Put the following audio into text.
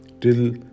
till